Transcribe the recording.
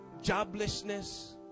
joblessness